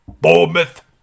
Bournemouth